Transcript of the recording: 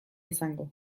izango